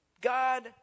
God